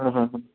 ಹಾಂ ಹಾಂ ಹಾಂ